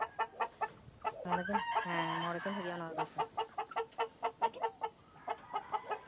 ᱢᱚᱬᱮ ᱫᱤᱱ ᱦᱮᱸ ᱢᱚᱬᱮ ᱫᱤᱱ ᱦᱩᱭᱩᱜᱼᱟ ᱱᱚᱣᱟ ᱫᱟᱸᱥᱟᱭ